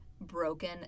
broken